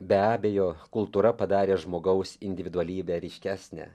be abejo kultūra padarė žmogaus individualybę ryškesnę